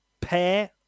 pair